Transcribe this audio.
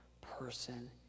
person